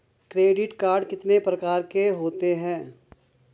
Credit card कितने प्रकार के होते हैं?